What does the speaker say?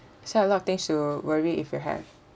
so a lot of things to worry if you have